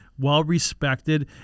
well-respected